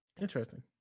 interesting